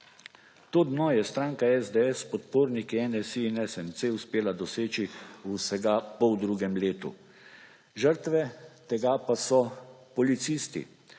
To dno je stranka SDS s podporniki NSi in SMC uspela doseči v vsega poldrugem letu. Žrtve tega pa so policisti,